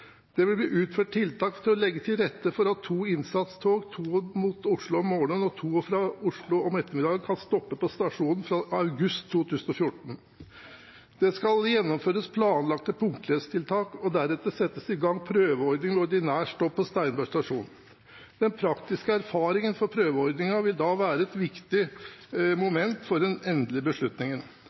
Det vil bli utført tiltak for å legge til rette for at to innsatstog – to mot Oslo om morgenen og to fra Oslo om ettermiddagen – kan stoppe på stasjonen fra august 2014. Det skal gjennomføres planlagte punktlighetstiltak og deretter settes i gang prøveordning med ordinære stopp på Steinberg stasjon. Den praktiske erfaringen fra prøveordningen vil da være et viktig moment for den endelige beslutningen.